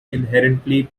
inherently